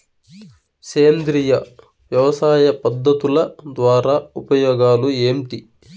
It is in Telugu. సేంద్రియ వ్యవసాయ పద్ధతుల ద్వారా ఉపయోగాలు ఏంటి?